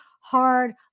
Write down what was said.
hard